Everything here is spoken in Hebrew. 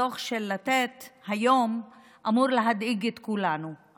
הדוח של לתת מהיום אמור להדאיג את כולנו,